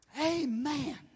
Amen